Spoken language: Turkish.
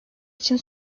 için